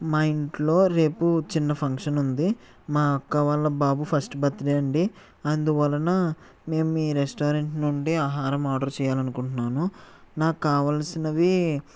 మా ఇంట్లో రేపు చిన్న ఫంక్షన్ ఉంది మా అక్క వాళ్ళ బాబు ఫస్ట్ బర్త్ డే అండి అందువలన మేము మీ రెస్టారెంట్ నుండి ఆహారం ఆర్డర్ చెయ్యాలనుకుంటున్నాను నాకు కావలసినవి